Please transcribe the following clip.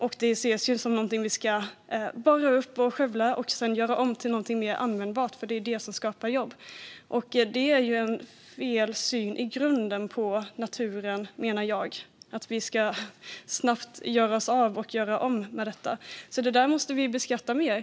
Naturen ses som någonting vi ska borra upp och skövla och sedan göra om till någonting mer användbart, för det är det som skapar jobb. Jag menar att det är en felsyn i grunden på naturen att vi snabbt ska göra oss av med och göra om naturresurserna. Det där måste vi beskatta mer.